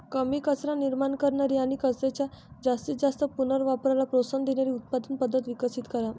कमी कचरा निर्माण करणारी आणि कचऱ्याच्या जास्तीत जास्त पुनर्वापराला प्रोत्साहन देणारी उत्पादन पद्धत विकसित करा